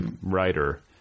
writer